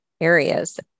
areas